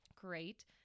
Great